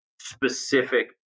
specific